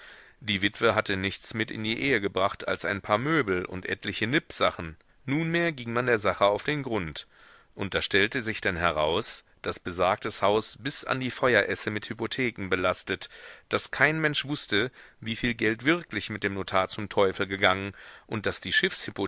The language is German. die witwe hatte nichts mit in die ehe gebracht als ein paar möbel und etliche nippsachen nunmehr ging man der sache auf den grund und da stellte sich denn heraus daß besagtes haus bis an die feueresse mit hypotheken belastet daß kein mensch wußte wieviel geld wirklich mit dem notar zum teufel gegangen und daß die